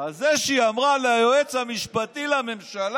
על זה שהיא אמרה על היועץ המשפטי לממשלה: